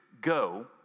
go